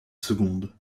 secondes